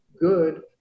good